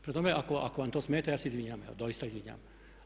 Prema tome, ako vam to smeta ja se izvinjavam, doista izvinjavam.